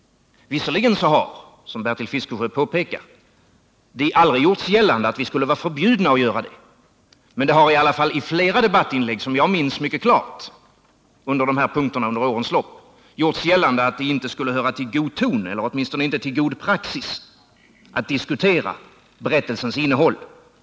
Visserligen har, som Bertil Fiskesjö påpekar, det aldrig gjorts gällande att det skulle vara förbjudet att göra så, men det har i alla fall i flera debattinlägg som jag minns mycket klart under denna punkt under årens lopp hävdats att det inte skulle höra till god ton eller åtminstone inte höra till god praxis att diskutera berättelsens innehåll.